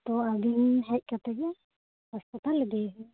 ᱛᱳ ᱟᱹᱵᱤᱱ ᱦᱮᱡ ᱠᱟᱛᱮ ᱜᱮ ᱦᱟᱥᱯᱟᱛᱟᱞ ᱤᱫᱤᱭᱮ ᱵᱤᱱ